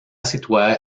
situada